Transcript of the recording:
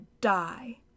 die